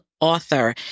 author